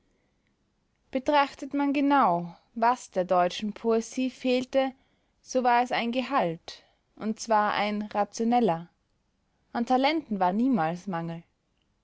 betrachtet man genau was der deutschen poesie fehlte so war es ein gehalt und zwar ein rationeller an talenten war niemals mangel